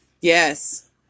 Yes